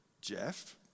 Jeff